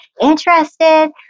interested